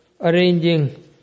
arranging